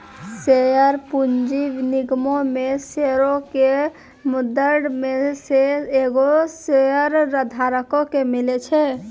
share पूंजी निगमो मे शेयरो के मुद्दइ मे से एगो शेयरधारको के मिले छै